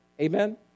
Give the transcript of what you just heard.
Amen